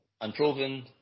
unproven